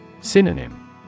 Synonym